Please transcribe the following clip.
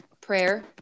Prayer